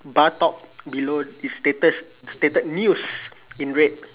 bus stop below it's stated stated news in red